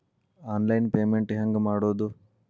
Online payment ಹೆಂಗ್ ಮಾಡೋದು?